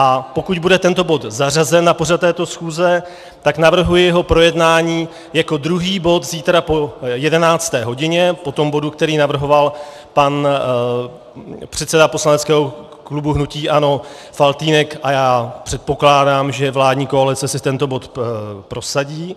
A pokud bude tento bod zařazen na pořad této schůze, tak navrhuji jeho projednání jako druhý bod zítra po 11. hodině po tom bodu, který navrhoval pan předseda poslaneckého klubu hnutí ANO Faltýnek, a já předpokládám, že vládní koalice si tento bod prosadí.